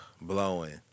Blowing